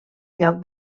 lloc